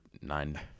nine